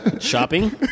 shopping